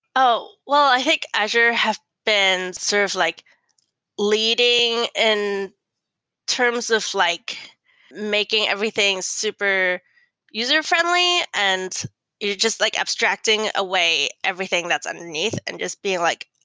oh! well, i think azure has been sort of like leading in terms of like making everything super user-friendly and just like abstracting away everything that's underneath and just being like,